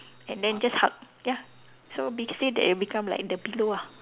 and then just hug ya so big say that it will become like the pillow ah